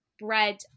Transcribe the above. bread